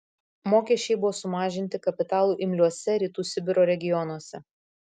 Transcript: mokesčiai buvo sumažinti kapitalui imliuose rytų sibiro regionuose